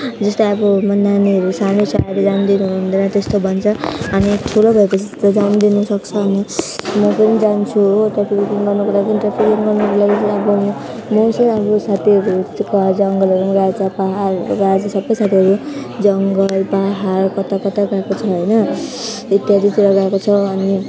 जस्तो अब म नानीहरू सानो छ अहिले जानु दिनु हुँदैन त्यस्तो भन्छ अनि ठुलो भए पछि त जानु दिन सक्छ अनि म पनि जान्छु हो ट्राफिकिङ गर्नुको लागि ट्राफिकिङ गर्नको लागि चाहिँ अब म चाहिँ अब साथीहरूसित जङ्गलहरू गएको छ पहाडहरू गएको छ सब साथीहरू जङ्गल पहाड कता कता गएको छ होइन इत्यादितिर गएको छ अनि